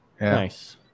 Nice